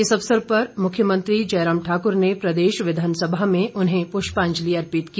इस अवसर पर मुख्यमंत्री जयराम ठाकूर ने प्रदेश विधानसभा में उन्हें पुष्पांजलि अर्पित की